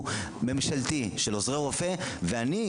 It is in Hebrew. האיגוד של הרנטגנאים והאיגוד של הטכנולוגים,